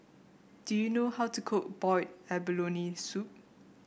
do you know how to cook Boiled Abalone Soup